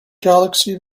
galaxy